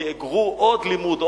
יאגרו עוד לימוד,